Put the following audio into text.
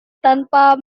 tanpa